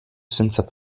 senza